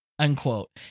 unquote